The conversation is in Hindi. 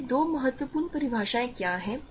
तो ये दो महत्वपूर्ण परिभाषाएँ क्या हैं